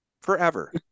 Forever